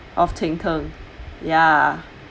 of cheng tng ya